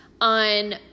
on